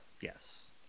Yes